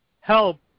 help